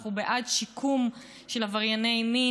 אנחנו בעד שיקום של עברייני מין.